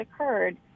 occurred